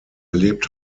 erlebt